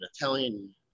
Italian